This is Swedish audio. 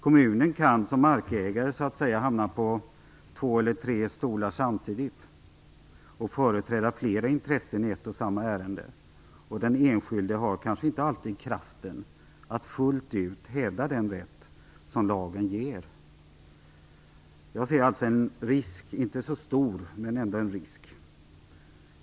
Kommunen som markägare kan så att säga hamna på två eller tre stolar samtidigt och företräda flera intressen i ett och samma ärende. Den enskilde har kanske inte alltid kraft att fullt ut hävda den rätt som lagen ger. Jag ser alltså en risk här. Den är inte så stor, men det är ändå en risk.